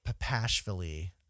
Papashvili